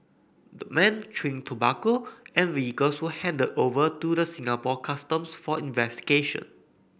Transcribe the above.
the men chewing tobacco and vehicles were handed over to the Singapore Customs for investigation